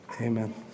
Amen